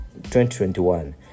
2021